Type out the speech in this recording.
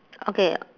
okay